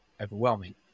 overwhelming